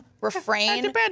refrain